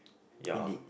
ya